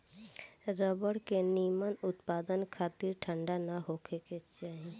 rubber के निमन उत्पदान खातिर ठंडा ना होखे के चाही